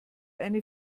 eine